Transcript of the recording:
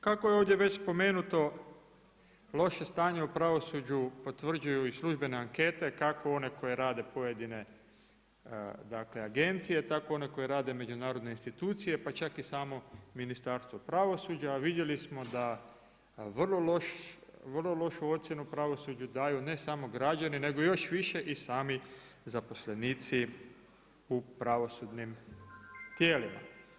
Kako je ovdje već spomenuto, loše stanje u pravosuđu potvrđuju i službene ankete kako one koje rade pojedine agencije, tako one koje rade međunarodne institucije pa čak i samo ministarstvo pravosuđa a vidjeli smo da vrlo lošu ocjenu pravosuđa daju ne samo građani nego još više i sami zaposlenici u pravosudnim tijelima.